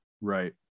Right